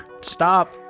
Stop